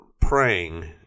praying